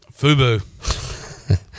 FUBU